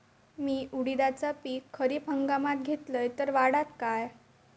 मी उडीदाचा पीक खरीप हंगामात घेतलय तर वाढात काय?